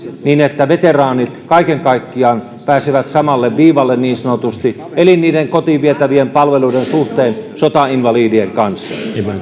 että veteraanit kaiken kaikkiaan pääsevät niin sanotusti samalle viivalle kotiin vietävien palveluiden suhteen sotainvalidien kanssa